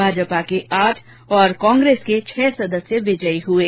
भाजपा के आठ तथा कांग्रेस के छह सदस्य विजयी हुये